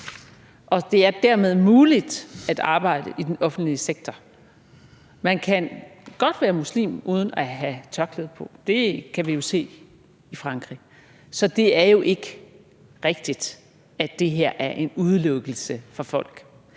og det er dermed muligt at arbejde i den offentlige sektor. Man kan godt være muslim uden at have tørklæde på. Det kan vi jo se i Frankrig. Så det er jo ikke rigtigt, at det her er en udelukkelse for folk.